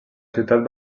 ciutat